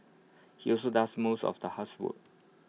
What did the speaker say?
he also does most of the housework